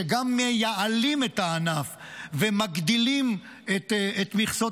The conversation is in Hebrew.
שגם מייעלים את הענף ומגדילים את מכסות